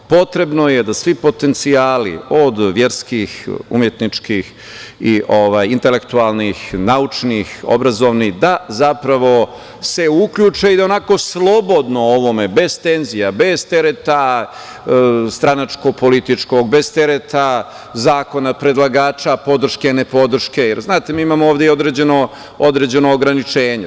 Potrebno je da svi potencijali, od verskih, umetničkih i intelektualnih, naučnih, obrazovnih, da se zapravo uključe i onako slobodno o ovome, bez tenzija, bez tereta stranačko-političkog, bez tereta zakona, predlagača, podrške, nepodrške, jer mi imamo ovde i određena ograničenja.